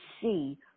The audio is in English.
see